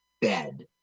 bed